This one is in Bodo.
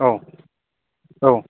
औ औ